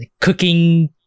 cooking